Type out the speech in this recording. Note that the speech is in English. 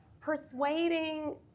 persuading